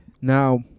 Now